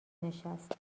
نشست